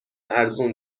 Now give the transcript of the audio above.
ارزون